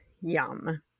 yum